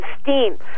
steam